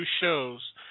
shows